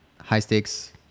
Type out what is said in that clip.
high-stakes